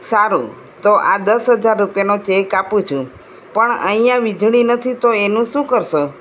સારું તો આ દસ હજાર રૂપિયાનો ચેક આપું છું પણ અહીંયા વીજળી નથી તો એનું શું કરશો